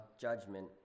judgment